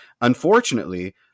Unfortunately